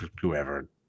whoever